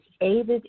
aided